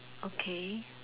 okay